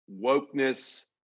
wokeness